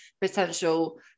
potential